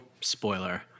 spoiler